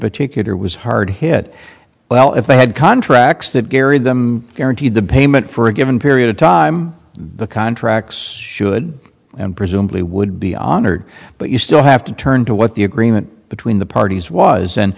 particular was hard hit well if they had contracts that carried them guaranteed payment for a given period of time the contracts should and presumably would be honored but you still have to turn to what the agreement between the parties was then and